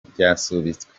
ryasubitswe